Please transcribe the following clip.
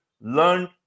learned